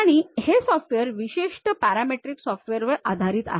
आणि हे सॉफ्टवेअर विशिष्ट पॅरामेट्रिक मॉडेल वर आधारित आहे